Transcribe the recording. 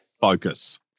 focus